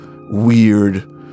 weird